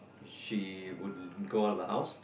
she would go out of the house